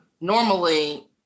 normally